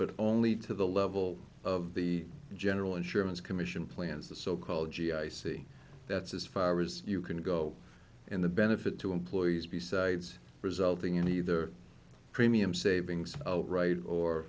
but only to the level of the general insurance commission plans the so called g i c that's as far as you can go and the benefit to employees besides resulting in either premium savings out right or